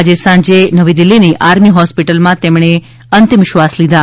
આજે સાંજે નવી દિલ્હીની આર્મી હોસ્પિટલમાં તેમણે અંતિમ શ્વાસ લીધા